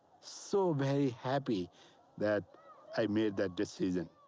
so very happy that i made that decision.